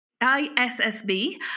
ISSB